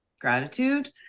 gratitude